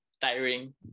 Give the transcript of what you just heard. tiring